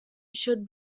should